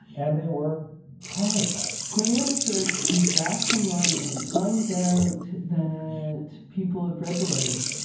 and they were horrified cornelius rhoads comes back from lunch. he finds out that people have read the letter,